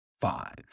five